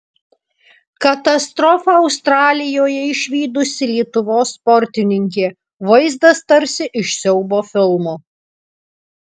katastrofą australijoje išvydusi lietuvos sportininkė vaizdas tarsi iš siaubo filmo